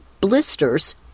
blisters